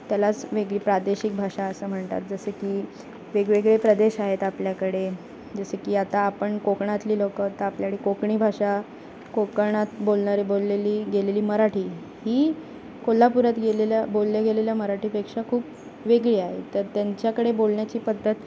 त्यालाच वेगळी प्रादेशिक भाषा असं म्हणतात जसं की वेगवेगळे प्रदेश आहेत आपल्याकडे जसं की आता आपण कोकणातली लोकं तर आपल्याकडे कोकणी भाषा कोकणात बोलणारी बोललेली गेलेली मराठी ही कोल्हापुरात गेलेल्या बोलल्या गेलेल्या मराठीपेक्षा खूप वेगळी आहे तर त्यांच्याकडे बोलण्याची पद्धत